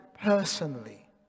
personally